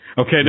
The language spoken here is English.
Okay